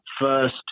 first